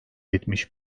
yetmiş